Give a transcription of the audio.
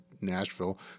Nashville